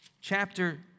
Chapter